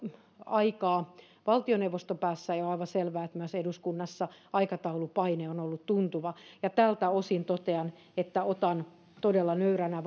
aikaa jo valtioneuvoston päässä ja on aivan selvää että myös eduskunnassa aikataulupaine on ollut tuntuva tältä osin totean että otan todella nöyränä